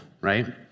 right